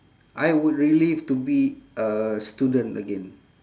I would relive to be a student again